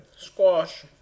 Squash